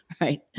Right